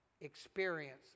experience